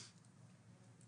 תודה רבה.